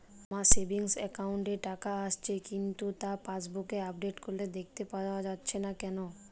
আমার savings account এ টাকা আসছে কিন্তু তা পাসবুক আপডেট করলে দেখতে পাওয়া যাচ্ছে না কেন?